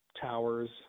towers